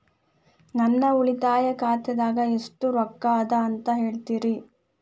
ನನ್ನ ಉಳಿತಾಯ ಖಾತಾದಾಗ ಎಷ್ಟ ರೊಕ್ಕ ಅದ ಅಂತ ಹೇಳ್ತೇರಿ?